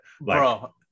bro